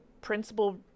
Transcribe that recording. principal